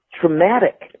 traumatic